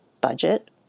budget